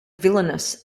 villainous